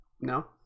no